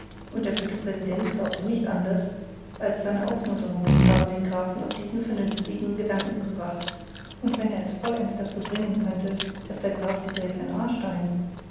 und der gute präsident glaubte nicht anders als seine aufmunterungen haben den grafen auf diesen vernünftigen gedanken gebracht und wenn er es vollends dazu bringen könnte daß der graf die gräfin aarstein er